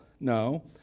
No